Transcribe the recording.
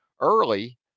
early